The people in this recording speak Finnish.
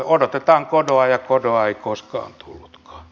odotetaan godotta ja godot ei koskaan tullutkaan